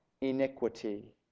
iniquity